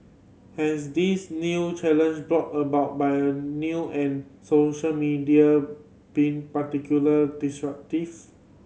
has this new challenge brought about by new and social media been particular disruptive